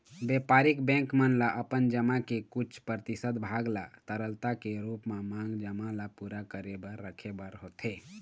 बेपारिक बेंक मन ल अपन जमा के कुछ परतिसत भाग ल तरलता के रुप म मांग जमा ल पुरा करे बर रखे बर होथे